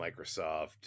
Microsoft